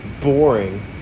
Boring